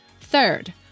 Third